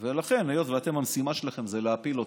ולכן, היות שהמשימה שלכם היא להפיל אותו,